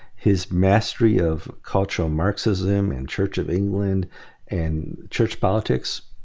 his mastery of cultural marxism in church of england and church politics.